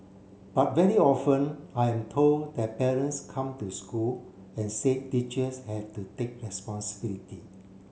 but very often I am told that parents come to school and say teachers have to take responsibility